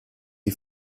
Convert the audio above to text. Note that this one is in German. die